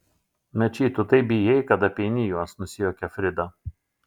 mečy tu taip bijai kad apeini juos nusijuokė frida